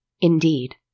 Indeed